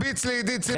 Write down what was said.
לעשות פרעות במדינה